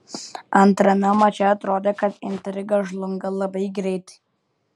antrame mače atrodė kad intriga žlunga labai greitai